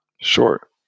Sure